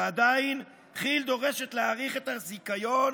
ועדיין, כי"ל דורשת להאריך את הזיכיון